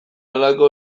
halako